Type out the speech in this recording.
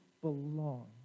belong